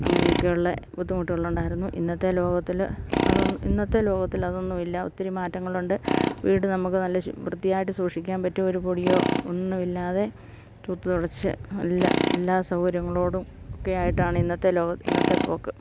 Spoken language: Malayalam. അങ്ങനെയൊക്കെയുള്ള ബുദ്ധിമുട്ടുകളുണ്ടായിരുന്നു ഇന്നത്തെ ലോകത്തില് അതൊ ഇന്നത്തെ ലോകത്തില് അതൊന്നുമില്ല ഒത്തിരി മാറ്റങ്ങളുണ്ട് വീട് നമുക്ക് നല്ല വൃത്തിയായിട്ട് സൂക്ഷിക്കാൻ പറ്റിയ ഒരു പൊടിയോ ഒന്നുമില്ലാത്ത് തൂത്ത് തുടച്ച് എല്ലാ എല്ലാ സൗകര്യങ്ങളോടും ഒക്കെയായിട്ടാണ് ഇന്നത്തെ ലോകം ഇന്നത്തെ പോക്ക്